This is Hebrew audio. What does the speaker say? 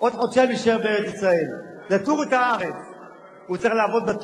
עד כמה מערכות במדינת ישראל הופכות להיות יותר ויותר ביורוקרטיות,